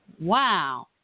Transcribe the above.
wow